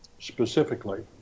Specifically